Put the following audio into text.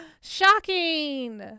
shocking